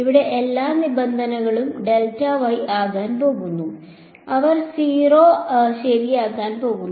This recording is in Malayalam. ഇവിടെ എല്ലാ നിബന്ധനകളും ആകാൻ പോകുന്നു അവർ 0 ശരിയാകാൻ പോകുന്നു